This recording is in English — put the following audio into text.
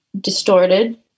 distorted